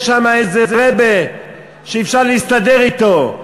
יש שם איזה רב'ה שאפשר להסתדר אתו,